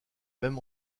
même